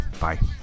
bye